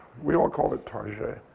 we all call it tar-jay.